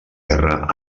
guerra